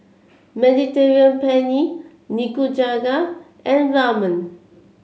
Mediterranean Penne Nikujaga and Ramen